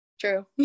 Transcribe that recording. True